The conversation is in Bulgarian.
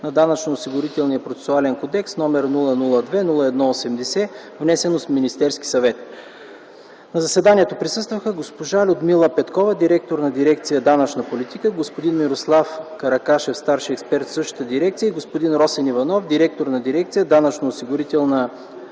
на Данъчно-осигурителния процесуален кодекс, № 002–01–80, внесен от Министерския съвет. На заседанието присъстваха: госпожа Людмила Петкова – директор на дирекция „Данъчна политика”, господин Мирослав Каракашев – старши експерт в същата дирекция, и господин Росен Иванов – директор на дирекция „Данъчно-осигурителна